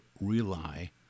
rely